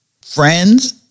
friends